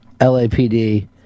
LAPD